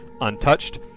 untouched